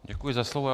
Děkuji za slovo.